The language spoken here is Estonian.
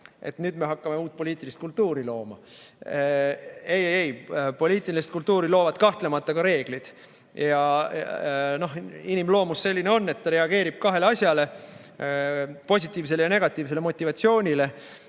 et nüüd me hakkame uut poliitilist kultuuri looma. Ei-ei-ei. Poliitilist kultuuri loovad kahtlemata ka reeglid. Inimloomus on selline, et ta reageerib kahele asjale: positiivsele ja negatiivsele motivatsioonile.